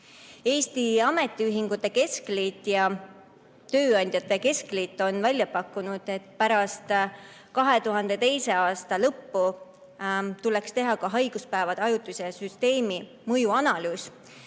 Ametiühingute Keskliit ja Eesti Tööandjate Keskliit on välja pakkunud, et pärast 2022. aasta lõppu tuleks teha ka haiguspäevade ajutise süsteemi mõjuanalüüs